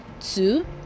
two